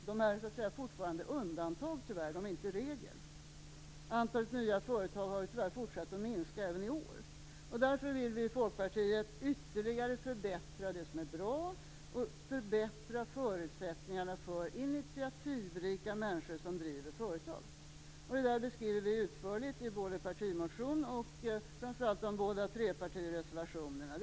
De är tyvärr fortfarande undantag. De är inte regel. Antalet nya företag har tyvärr fortsatt att minska även i år. Därför vill vi i Folkpartiet ytterligare förbättra det som är bra. Vi vill förbättra förutsättningarna för initiativrika människor som driver företag. Det beskriver vi utförligt i vår partimotion och framför allt i de båda trepartireservationerna.